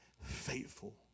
faithful